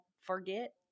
forget